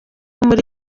muri